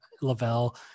Lavelle